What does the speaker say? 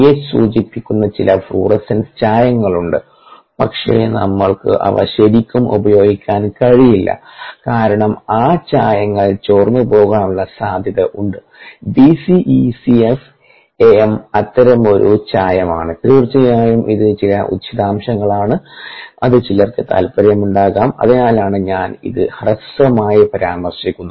H സൂചിപ്പിക്കുന്ന ചില fluorescent ചായങ്ങളുണ്ട് പക്ഷേ നമ്മൾക്ക് അവ ശരിക്കും ഉപയോഗിക്കാൻ കഴിയില്ല കാരണം ആ ചായങ്ങൾ ചോർന്നുപോകാനുള്ള സാധ്യത ഉണ്ട് BCECF - AM അത്തരമൊരു ചായമാണ് തീർച്ചയായും ഇത് ചില വിശദാംശങ്ങളാണ് അത് ചിലർക്ക് താൽപ്പര്യമുണ്ടാകാം അതിനാലാണ് ഞാൻ ഇത് ഹ്രസ്വമായി പരാമർശിക്കുന്നത്